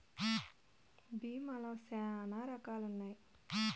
భీమా లో శ్యానా రకాలు ఉన్నాయి